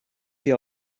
sie